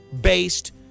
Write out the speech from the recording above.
based